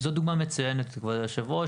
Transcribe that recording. זו דוגמה מצוינת, כבוד היושב-ראש.